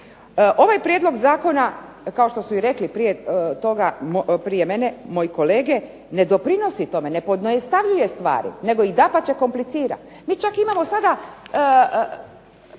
Ovaj prijedlog zakona kao što su i rekli prije toga, prije mene moji kolege ne doprinosi tome, ne pojednostavnjuje stvari nego ih dapače komplicira. Mi čak imamo sada